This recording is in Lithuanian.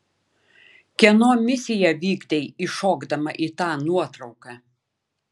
kieno misiją vykdei įšokdama į tą nuotrauką